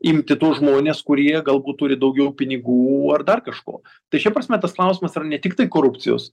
imti tuos žmones kurie galbūt turi daugiau pinigų ar dar kažko tai šia prasme tas klausimas yra ne tiktai korupcijos